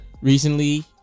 recently